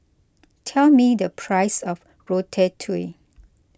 tell me the price of Ratatouille